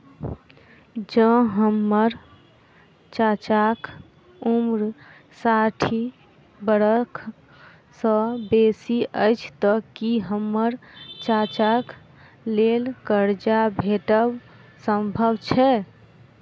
जँ हम्मर चाचाक उम्र साठि बरख सँ बेसी अछि तऽ की हम्मर चाचाक लेल करजा भेटब संभव छै?